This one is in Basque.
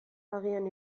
agian